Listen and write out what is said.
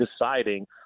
deciding